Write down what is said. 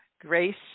Grace